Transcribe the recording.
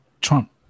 trump